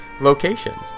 locations